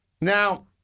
Now-